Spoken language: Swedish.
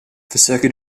försöker